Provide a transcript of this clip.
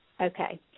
Okay